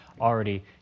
already